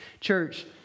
Church